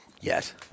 Yes